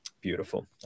Beautiful